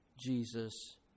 Jesus